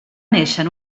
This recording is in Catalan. néixer